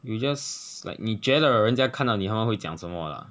you just like 你觉得人家看到你他们会讲什么 lah